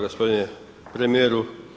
Gospodine premijeru.